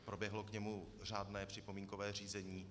Proběhlo k němu řádné připomínkové řízení.